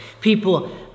people